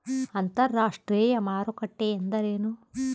ಅಂತರಾಷ್ಟ್ರೇಯ ಮಾರುಕಟ್ಟೆ ಎಂದರೇನು?